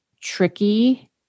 tricky